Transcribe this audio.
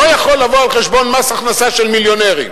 לא יכול לבוא על חשבון מס ההכנסה של מיליונרים.